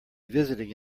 visiting